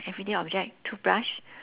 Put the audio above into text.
everyday object toothbrush